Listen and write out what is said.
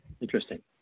Interesting